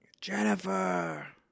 Jennifer